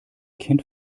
kind